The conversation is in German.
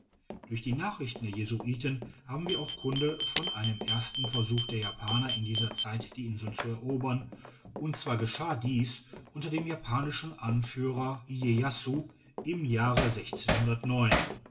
durch die nachrichten der jesuiten haben wir auch kunde von einem ersten versuch der japaner in dieser zeit die insel zu erobern und zwar geschah dies unter dem japanischen anführer iyeyasu im jahre